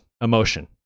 emotion